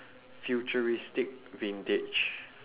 futuristic vintage